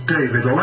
David